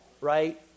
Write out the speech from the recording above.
right